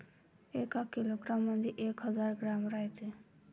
एका किलोग्रॅम मंधी एक हजार ग्रॅम रायते